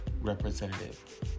representative